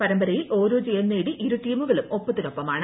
പരമ്പരയിൽ ഓരോ ജയം നേടി ഇരു ടീമുകളും ഒപ്പത്തിനൊപ്പമാണ്